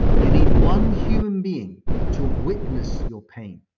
you need one human being to witness your pain,